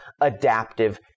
adaptive